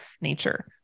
nature